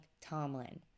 Tomlin